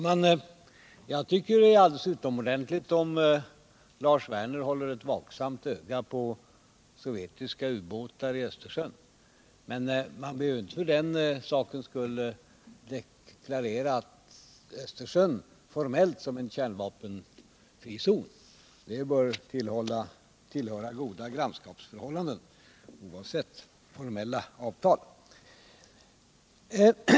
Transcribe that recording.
Herr talman! Jag tycker det är alldeles utomordentligt om Lars Werner håller ett vaksamt öga på sovjetiska ubåtar i Östersjön, men man behöver inte formellt deklarera Östersjön som en kärnvapenfri zon — det bör garanteras av goda grannskapsförhållanden utan formella avtal.